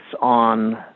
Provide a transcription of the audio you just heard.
on